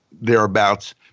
thereabouts